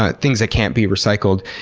ah things that can't be recycled.